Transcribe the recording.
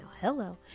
hello